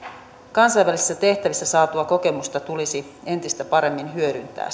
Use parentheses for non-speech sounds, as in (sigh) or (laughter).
kansainvälisissä tehtävissä saatua kokemusta tulisi sitten entistä paremmin hyödyntää (unintelligible)